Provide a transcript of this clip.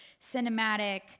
cinematic